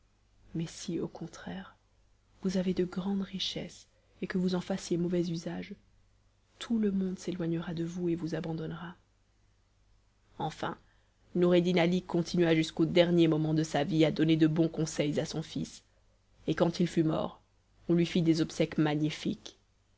mais si au contraire vous avez de grandes richesses et que vous en fassiez mauvais usage tout le monde s'éloignera de vous et vous abandonnera enfin noureddin ali continua jusqu'au dernier moment de sa vie à donner de bons conseils à son fils et quand il fut mort on lui fit des obsèques magnifiques